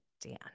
Dan